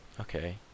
Okay